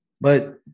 but-